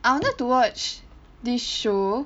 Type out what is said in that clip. I wanted to watch this show